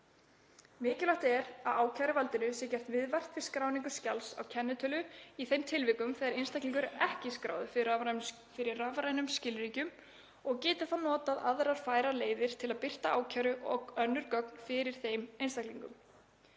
Mikilvægt er að ákæruvaldinu sé gert viðvart við skráningu skjals á kennitölu í þeim tilvikum þegar einstaklingur er ekki skráður fyrir rafrænum skilríkjum og geti þá notað aðrar færar leiðir til að birta ákæru og önnur gögn fyrir þeim einstaklingum.